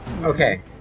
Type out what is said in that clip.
Okay